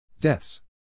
deaths